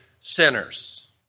sinners